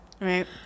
Right